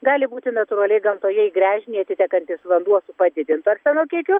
gali būti natūraliai gamtoje į gręžinį atitekantis vanduo su padidintu arseno kiekiu